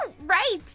right